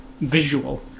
visual